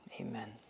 Amen